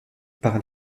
par